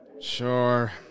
Sure